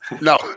No